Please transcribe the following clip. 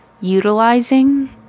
utilizing